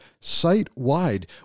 site-wide